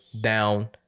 down